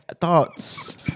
thoughts